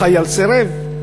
החייל סירב.